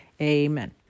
amen